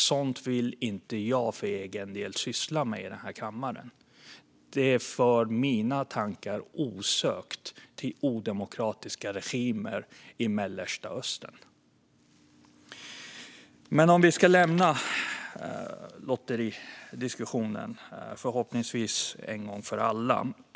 Sådant vill inte jag syssla med i kammaren, för det för mina tankar till odemokratiska regimer i Mellanöstern. Låt oss lämna lotteridiskussionen, förhoppningsvis en gång för alla.